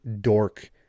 dork